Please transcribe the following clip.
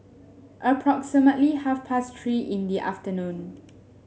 approximately half past Three in the afternoon